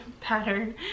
pattern